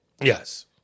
Yes